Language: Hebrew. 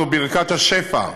זו ברכת השפע.